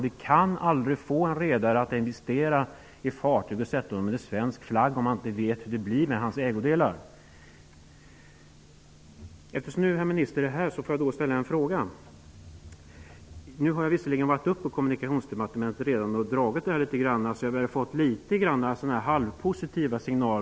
Vi kan aldrig få en redare att investera i fartyg och sätta dem under svensk flagg om han inte vet hur det blir med hans ägodelar. Eftersom herr ministern är här kan jag kanske få ställa en fråga. Visserligen har jag redan varit uppe på Kommunikationsdepartementet och föredragit detta litet grand. Halvpositiva signaler har då kommit.